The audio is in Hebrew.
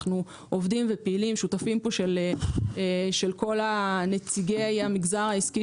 אנחנו פעילים ושותפים של כל נציגי המגזר העסקי